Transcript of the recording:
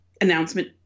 announcement